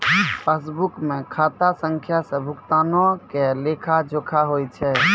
पासबुको मे खाता संख्या से भुगतानो के लेखा जोखा होय छै